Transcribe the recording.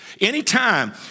Anytime